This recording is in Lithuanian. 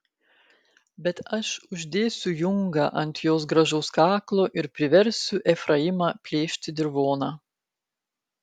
bet aš uždėsiu jungą ant jos gražaus kaklo ir priversiu efraimą plėšti dirvoną